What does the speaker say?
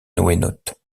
noénautes